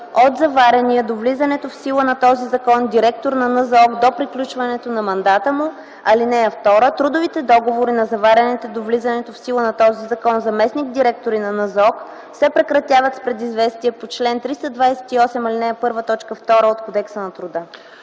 от заварения до влизането в сила на този закон директор на НЗОК до приключването на мандата му. (2) Трудовите договори на заварените до влизането в сила на този закон заместник-директори на НЗОК се прекратяват с предизвестие по чл. 328, ал. 1, т. 2 от Кодекса на труда.”